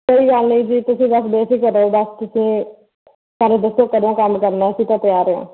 ਕੋਈ ਗੱਲ ਨਹੀਂ ਜੀ ਤੁਸੀਂ ਬਸ ਬੇਫਿਕਰ ਰਹੋ ਬਸ ਤੁਸੀਂ ਸਾਨੂੰ ਦੱਸੋ ਕਦੋਂ ਕੰਮ ਕਰਨਾ ਅਸੀਂ ਤਾਂ ਤਿਆਰ ਹੀ ਹਾਂ